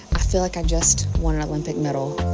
i feel like i just won an olympic medal